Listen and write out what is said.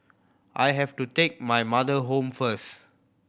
I have to take my mother home first